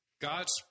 God's